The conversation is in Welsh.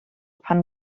pan